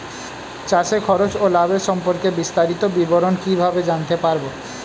চাষে খরচ ও লাভের সম্পর্কে বিস্তারিত বিবরণ কিভাবে জানতে পারব?